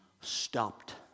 stopped